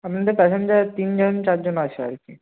আপনাদের প্যাসেঞ্জার তিনজন চারজন আছে আর কী